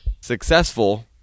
successful